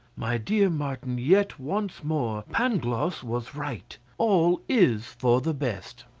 my dear martin, yet once more pangloss was right all is for the best.